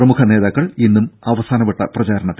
പ്രമുഖ നേതാക്കൾ ഇന്നും അവസാനവട്ട പ്രചാരണത്തിൽ